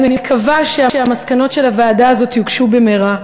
אני מקווה שהמסקנות של הוועדה הזאת יוגשו במהרה,